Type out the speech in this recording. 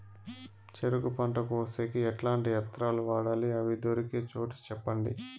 చెరుకు పంట కోసేకి ఎట్లాంటి యంత్రాలు వాడాలి? అవి దొరికే చోటు చెప్పండి?